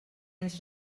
ens